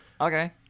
Okay